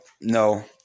no